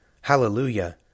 Hallelujah